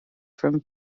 from